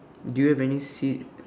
do you have any sea